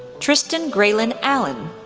tristen graylin allen,